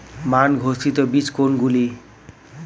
মান ঘোষিত বীজ কোনগুলি?